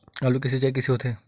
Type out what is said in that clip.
आलू के सिंचाई कइसे होथे?